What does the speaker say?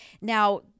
Now